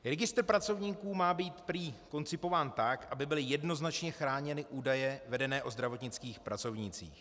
Registr pracovníků má být prý koncipován tak, aby byly jednoznačně chráněny údaje vedené o zdravotnických pracovnících.